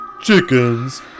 chickens